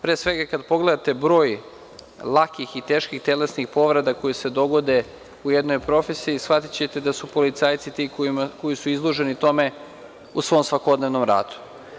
Pre svega, kad pogledate broj lakih i teških telesnih povreda koje se dogode u jednoj profesiji, shvatićete da su policajci ti koji su izloženi tome u svom svakodnevnom radu.